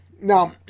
now